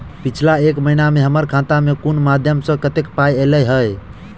पिछला एक महीना मे हम्मर खाता मे कुन मध्यमे सऽ कत्तेक पाई ऐलई ह?